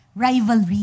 Rivalry